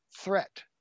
threat